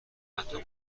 حتی